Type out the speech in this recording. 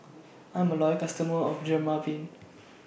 I'm A Loyal customer of Dermaveen